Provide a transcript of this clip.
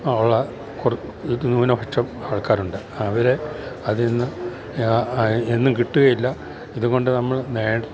ഉള്ള ന്യൂനപക്ഷം ആൾക്കാരുണ്ട് അവര് അതിന്ന് എന്നും കിട്ടുകയില്ല ഇതുകൊണ്ട് നമ്മള്